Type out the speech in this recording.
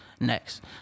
next